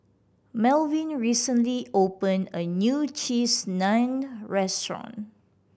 Melvyn recently opened a new Cheese Naan Restaurant